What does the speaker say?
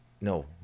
no